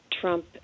Trump